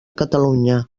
catalunya